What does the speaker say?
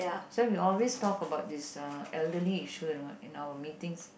so we always talk about this elderly issues in our in our meetings